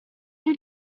you